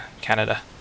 Canada